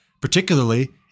particularly